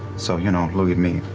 so, you know, look at me.